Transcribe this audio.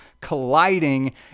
colliding